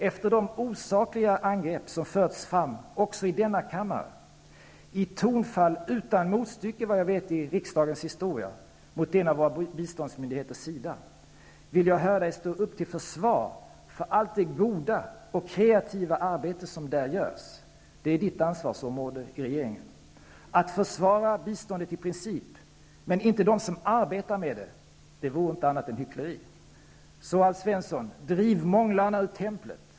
Efter de osakliga angrepp som förts fram också i denna kammare, i tonfall vad jag vet utan motstycke i riksdagens historia, mot en av våra biståndsmyndigheter, SIDA, vill jag höra Alf Svensson stå upp till försvar för allt det goda och kreativa arbete som där görs. Det är Alf Svenssons ansvarsområde i regeringen. Att försvara biståndet i princip, men inte dem som arbetar med det, vore inget annat än hyckleri.